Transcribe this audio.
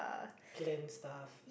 plain stuff